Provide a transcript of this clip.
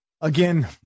Again